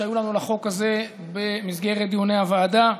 שהיו לנו לחוק הזה במסגרת דיוני הוועדה.